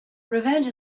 revenge